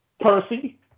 Percy